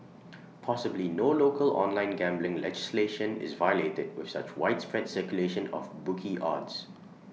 possibly no local online gambling legislation is violated with such widespread circulation of bookie odds